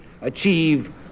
achieve